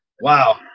wow